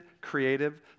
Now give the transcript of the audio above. creative